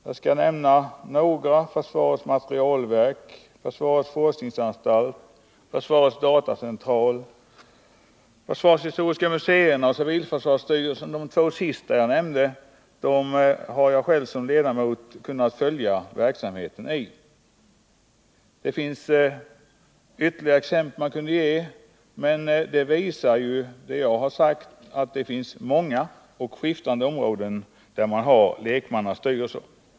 Jag skall nämna några: försvarets materielverk, försvarets forskningsanstalt. försvarets datacentral, försvarshistoriska muséerna, civilförsvarsstyrelsen. När det gäller de två sistnämnda har jag själv som ledamot kunnat följa verksamheten i styrelserna. Det finns ytterligare exempel, men vad jag har anfört visar ju att man har lekmannastyrelser på skiftande områden.